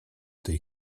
tej